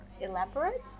elaborate